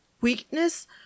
weakness